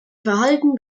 verhalten